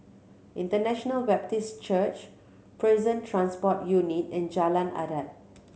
International Baptist Church Prison Transport Unit and Jalan Adat